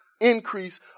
increase